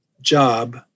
job